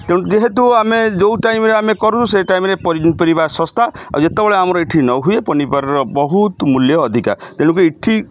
ତେଣୁ ଯେହେତୁ ଆମେ ଯେଉଁ ଟାଇମ୍ରେ ଆମେ କରୁ ସେ ଟାଇମ୍ରେ ପନିପରିବା ଶସ୍ତା ଆଉ ଯେତେବେଳେ ଆମର ଏଠି ନହୁଏ ପନିପରିବା ବହୁତ ମୂଲ୍ୟ ଅଧିକା ତେଣୁକରି ଏଠି